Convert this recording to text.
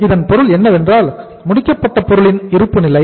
ஆகவே இதன் பொருள் என்னவென்றால் முடிக்கப்பட்ட பொருட்களின் இருப்பு நிலை